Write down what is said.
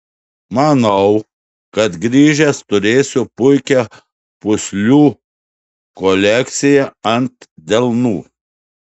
manau kad grįžęs turėsiu puikią pūslių kolekciją ant delnų